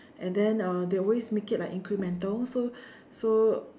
and then uh they always make it like incremental so so